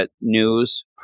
news